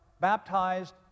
baptized